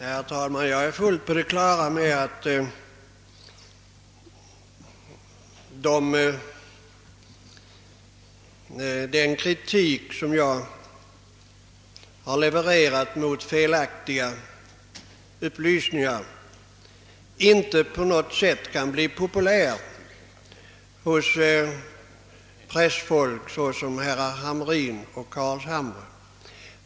Herr talman! Jag är fullt på det klara med att den kritik som jag har levererat mot felaktiga upplysningar inte på något sätt kan bli populär hos pressmän såsom herrar Hamrin i Jönköping och Carlshamre.